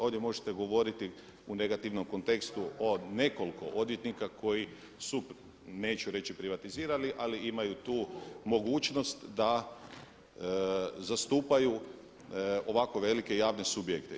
Ovdje možete govoriti u negativnom kontekstu o nekoliko odvjetnika koju su, neću reći privatizirali, ali imaju tu mogućnost da zastupaju ovako velike javne subjekte.